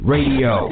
Radio